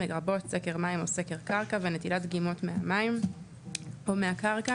לרבות סקר מים או סקר קרקע ונטילת דגימות מהמים או מהקרקע,